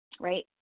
right